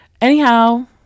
Anyhow